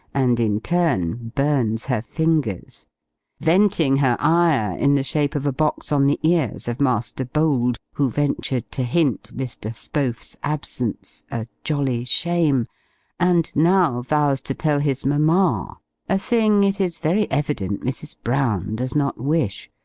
and, in turn, burns her fingers venting her ire in the shape of a box on the ears of master bold, who ventured to hint mr. spohf's absence a jolly shame and, now vows to tell his mamma a thing it is very evident mrs. brown does not wish,